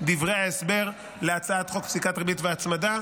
דברי ההסבר להצעת חוק פסיקת ריבית והצמדה,